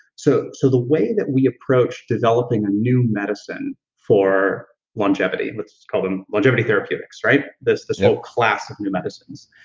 so so the way that we approach developing a new medicine for longevity, let's call them longevity therapeutics, right? this whole so class of new medicines,